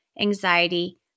anxiety